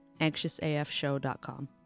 anxiousafshow.com